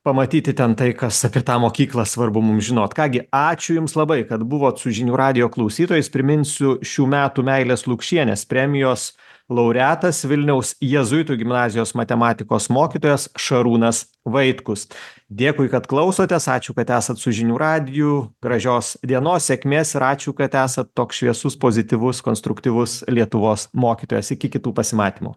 pamatyti ten tai kas apie tą mokyklą svarbu mums žinot ką gi ačiū jums labai kad buvot su žinių radijo klausytojais priminsiu šių metų meilės lukšienės premijos laureatas vilniaus jėzuitų gimnazijos matematikos mokytojas šarūnas vaitkus dėkui kad klausotės ačiū kad esat su žinių radiju gražios dienos sėkmės ir ačiū kad esat toks šviesus pozityvus konstruktyvus lietuvos mokytojas iki kitų pasimatymų